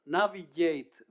navigate